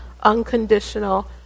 unconditional